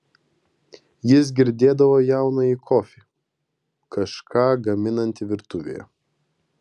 jis girdėdavo jaunąjį kofį kažką gaminantį virtuvėje